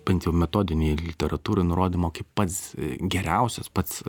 bent jau metodinėj literatūroj nurodoma kaip pats geriausias pats